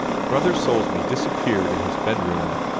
brother soulsby disappeared in his bedroom,